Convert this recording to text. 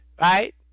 right